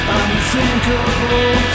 unthinkable